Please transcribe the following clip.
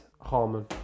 Harmon